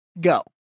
Go